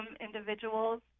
individuals